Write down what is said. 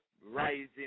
rising